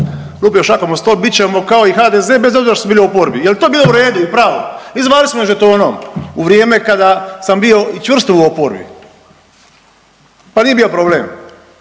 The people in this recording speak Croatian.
lupio šakom o stol, bit ćemo kao i HDZ bez obzira što smo bili u oporbi, jel to bilo u redu i pravo i zvali su me žetonom, u vrijeme kada sam bio čvrsto u oporbi, pa nije bio problem